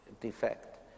defect